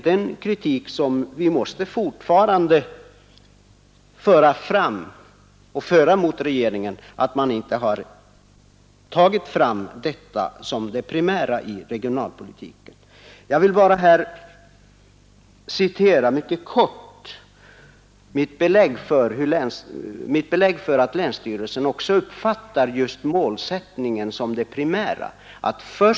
Den kritik som vi fortfarande måste rikta mot regeringen är alltså att ni fortfarande saknar en målsättning för regionalpolitiken. Jag vill bara mycket kort återge några ord ur den handling som jag tagit som belägg för att också länsstyrelsen uppfattar målsättningen som det primära.